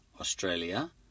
Australia